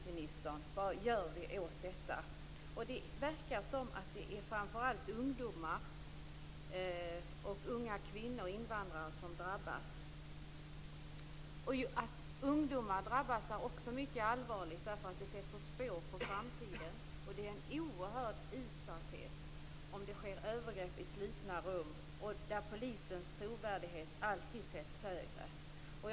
Jag har frågat justitieministern det. Det verkar som om det framför allt är ungdomar, unga kvinnor och invandrare som drabbas. Att ungdomar drabbas är också mycket allvarligt. Det sätter spår för framtiden. Övergrepp i slutna rum innebär en oerhörd utsatthet. Polisens trovärdighet sätts alltid högre.